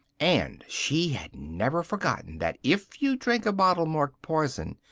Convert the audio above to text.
and she had never forgotten that, if you drink a bottle marked poison,